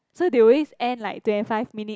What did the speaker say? so they always end like twenty five minute